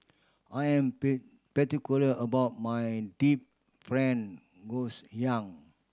I'm pay particular about my deep fried ngoh hiang